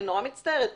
אני מצטערת.